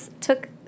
took